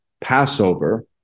Passover